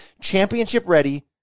championship-ready